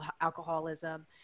alcoholism